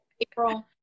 April